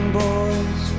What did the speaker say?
boys